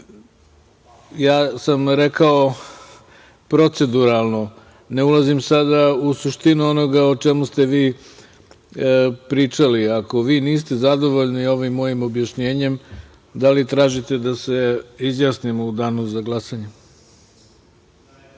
ja sam rekao proceduralno. Ne ulazim u suštinu onoga o čemu ste vi pričali. Ako vi niste zadovoljni ovim mojim objašnjenjem, da li tražite da se izjasnimo u danu za glasanje?